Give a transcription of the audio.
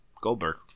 Goldberg